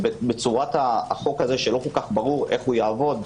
בצורת החוק הזה, שלא ברור איך יעבוד,